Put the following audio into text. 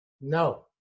no